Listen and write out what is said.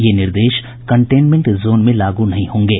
ये निर्देश containment zone में लागू नहीं होंगे